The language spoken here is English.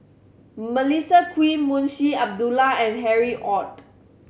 Melissa Kwee Munshi Abdullah and Harry Ord